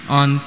on